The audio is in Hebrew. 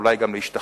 אולי גם להשתכנע,